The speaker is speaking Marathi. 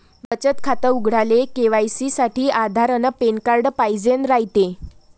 बचत खातं उघडाले के.वाय.सी साठी आधार अन पॅन कार्ड पाइजेन रायते